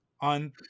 on